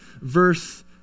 verse